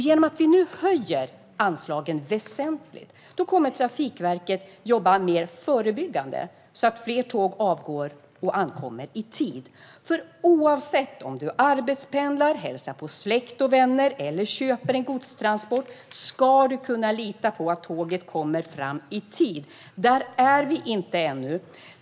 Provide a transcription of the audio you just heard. Genom att vi nu höjer anslagen väsentligt kommer Trafikverket att kunna jobba mer förebyggande, så att fler tåg avgår och ankommer i tid. Oavsett om man arbetspendlar, hälsar på släkt och vänner eller köper en godstransport ska man kunna lita på att tåget kommer fram i tid. Där är vi inte ännu.